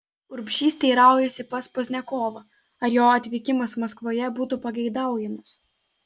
urbšys teiraujasi pas pozniakovą ar jo atvykimas maskvoje būtų pageidaujamas